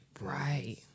right